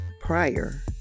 prior